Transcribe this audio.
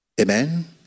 Amen